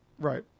Right